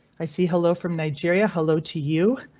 i see hello from nigeria. hello to you.